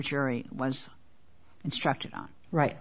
jury was instructed on right